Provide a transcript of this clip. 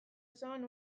osoan